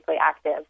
active